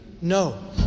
No